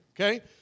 okay